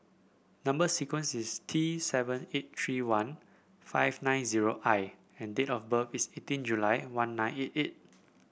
number sequence is T seven eight three one five nine zero I and date of birth is eighteen July one nine eight eight